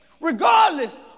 Regardless